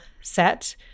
set